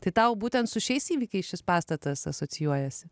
tai tau būtent su šiais įvykiais šis pastatas asocijuojasi